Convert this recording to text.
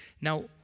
Now